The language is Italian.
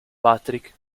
patrick